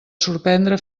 sorprendre